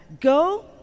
go